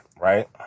right